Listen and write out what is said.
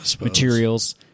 materials